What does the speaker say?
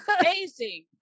amazing